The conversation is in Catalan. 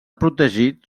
protegit